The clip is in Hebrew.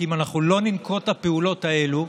כי אם אנחנו לא היינו נוקטים את הפעולות האלו,